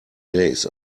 days